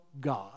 God